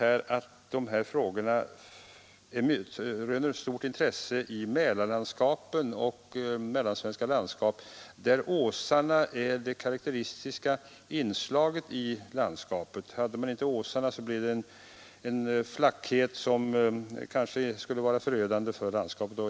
Dessa frågor röner speciellt stort intresse i Mälarlandskapen och i de mellansvenska landskap där grusåsarna är ett karakteristiskt inslag i landskapet. Om åsarna kommer bort där, så resulterar det i en flackhet i landskapet som kan vara och är förödande.